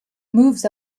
moves